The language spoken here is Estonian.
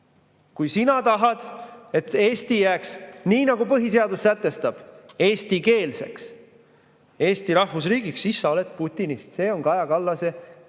Kui sina tahad, et Eesti jääks nii, nagu põhiseadus sätestab, eestikeelseks Eesti rahvusriigiks, siis sa oled putinist. See on Kaja Kallase täiesti